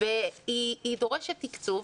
והיא דורשת תקצוב.